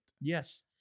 Yes